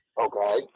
Okay